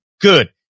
good